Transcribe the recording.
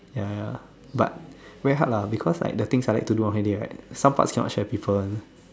ya ya but very hard lah because like the things I like to do on hey day right some part cannot share people want